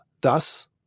thus